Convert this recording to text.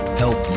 help